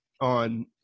on